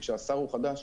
וכשהשר הוא חדש,